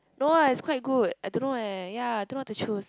no ah it's quite good I don't know eh ya I don't know what to choose